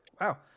Wow